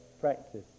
practice